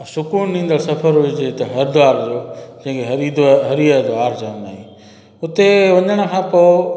सुकून ॾींदड़ु सफ़रु हुजे त हरिद्वार जो जेके हरिद्वार हरि जा द्वार चवंदा आहियूं उते वञण खां पोइ